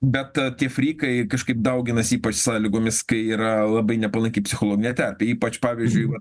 bet tie frykai kažkaip dauginasi ypač sąlygomis kai yra labai nepalanki psichologė terpė ypač pavyzdžiui